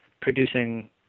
producing